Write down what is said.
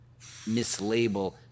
mislabel